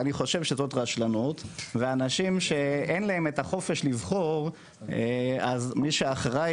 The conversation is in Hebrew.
אני חושב שזו רשלנות ואנשים שאין להם את החופש לבחור אז מי שאחראי